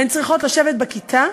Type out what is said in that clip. הן צריכות לשבת בכיתה